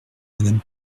madame